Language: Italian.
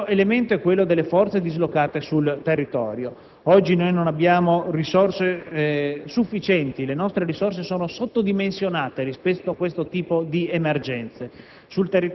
Un altro elemento è costituito dalle forze dislocate sul territorio. Oggi non disponiamo di risorse sufficienti. Le nostre risorse sono sottodimensionate rispetto a questo tipo di emergenze.